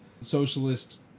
socialist